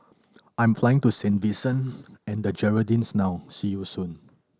I'm flying to Saint Vincent and the Grenadines now see you soon